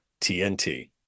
tnt